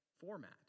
format